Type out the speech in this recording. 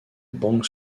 bang